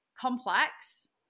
complex